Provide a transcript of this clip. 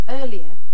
earlier